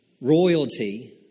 royalty